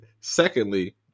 secondly